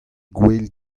gouel